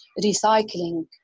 recycling